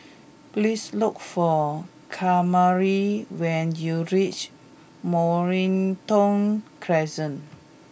please look for Kamari when you reach Mornington Crescent